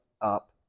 up